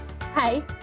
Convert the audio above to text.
Hi